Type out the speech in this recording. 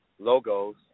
logos